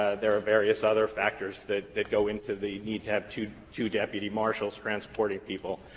ah there are various other factors that that go into the need to have two two deputy marshals transporting people.